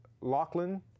Lachlan